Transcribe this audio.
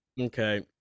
Okay